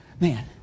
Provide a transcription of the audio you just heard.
Man